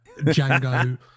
Django